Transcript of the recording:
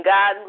God